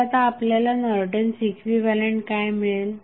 तर आता आपल्याला नॉर्टन्स इक्विव्हॅलंट काय मिळेल